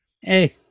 Hey